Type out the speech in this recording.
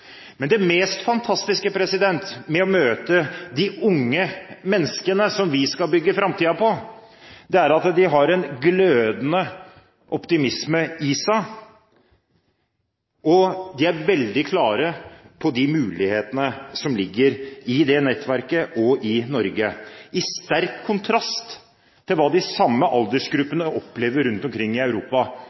Men det mest fantastiske ved å møte de unge menneskene som vi skal bygge framtiden på, er at de har en glødende optimisme i seg, og de er veldig klare på de mulighetene som ligger i det nettverket og i Norge – i sterk kontrast til hva de samme aldersgruppene i mange land rundt omkring i Europa